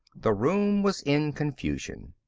the room was in confusion.